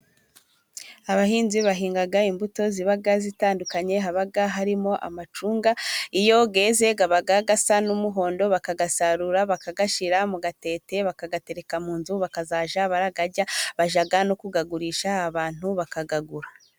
Abahinzi bahinga imbuto ziba zitandukanye, haba harimo amacunga, iyo yeze aba asa n'umuhondo, bakayasarura, bakayashyira mu gatete, bakayatereka mu nzu, bakazajya bayarya, bajya no kuyagurisha abantu bakayagura.